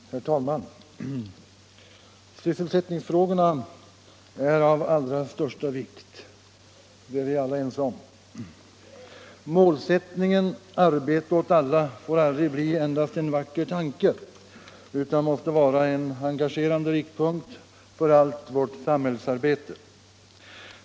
Herr talman! Sysselsättningsfrågorna är av allra största vikt, det är vi alla ense om. Målsättningen ”arbete åt alla” får aldrig bli endast en vacker tanke utan måste vara en engagerande riktpunkt för allt vårt sam = Nr 84 hällsarbete.